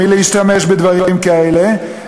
מלהשתמש בדברים כאלה,